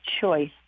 choice